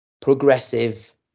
progressive